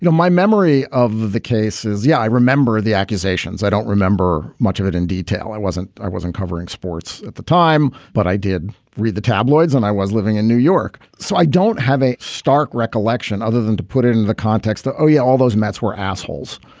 you know my memory of the case is, yeah, i remember the accusations. i don't remember much of it in detail. i wasn't i wasn't covering sports at the time, but i did read the tabloids and i was living in new york. so i don't have a stark recollection other than to put it in the context of, oh, yeah, all those mets were assholes.